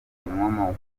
inkomoko